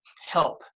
help